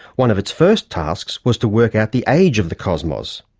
one of its first tasks was to work out the age of the cosmos.